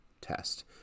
test